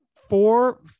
four